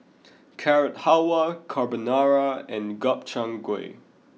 Carrot Halwa Carbonara and Gobchang Gui